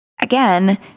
Again